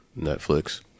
netflix